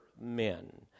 men